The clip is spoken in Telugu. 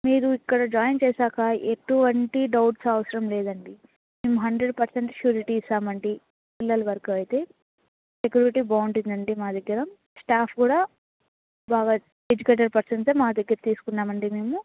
మీరు ఇక్కడ జాయిన్ చేశాక ఎటువంటి డౌట్స్ అవసరం లేదండి మేము హండ్రెడ్ పర్సెంట్ షూరిటీ ఇస్తామండి పిల్లల వరకు అయితే సెక్యూరిటీ బాగుంటుంది అండి మా దగ్గర స్టాఫ్ కూడా బాగా ఎడ్యుకేటెడ్ పర్సనే మా దగ్గర తీసుకున్నామండి మేము